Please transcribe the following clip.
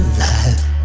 life